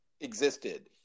existed